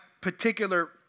particular